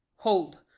hold,